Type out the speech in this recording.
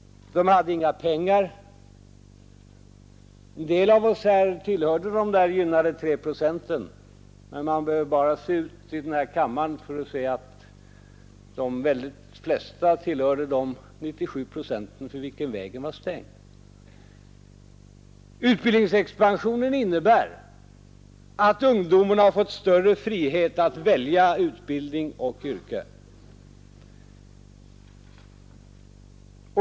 De hade inga pengar. En del av oss här tillhörde de där gynnade tre procenten, men de allra flesta i denna kammare tillhörde de 97 procenten för vilka vägen då var stängd. Utbildningsexpansionen innebär att ungdomen har fått större frihet att välja utbildning och yrke.